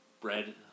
bread